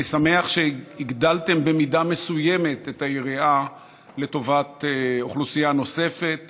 אני שמח שהגדלתם במידה מסוימת את היריעה לטובת אוכלוסייה נוספת